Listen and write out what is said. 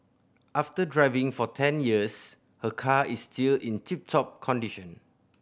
after driving for ten years her car is still in tip top condition